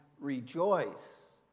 rejoice